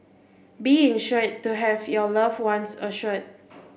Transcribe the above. be insured to have your loved ones assured